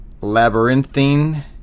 labyrinthine